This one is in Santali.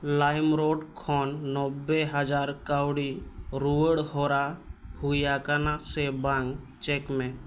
ᱞᱟᱭᱤᱢᱨᱳᱰ ᱠᱷᱚᱱ ᱱᱚᱵᱵᱳᱭ ᱦᱟᱡᱟᱨ ᱠᱟᱹᱣᱰᱤ ᱨᱩᱭᱟᱹᱲ ᱦᱚᱨᱟ ᱦᱩᱭ ᱟᱠᱟᱱᱟ ᱥᱮ ᱵᱟᱝ ᱪᱮᱠ ᱢᱮ